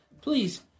Please